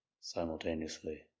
simultaneously